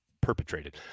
perpetrated